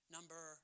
Number